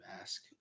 ask